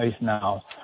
now